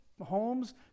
homes